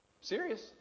Serious